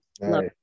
love